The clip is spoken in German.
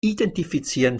identifizieren